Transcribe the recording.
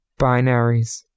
Binaries